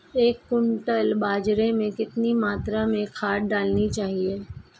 एक क्विंटल बाजरे में कितनी मात्रा में खाद डालनी चाहिए?